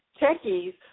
techies